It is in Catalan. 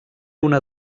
una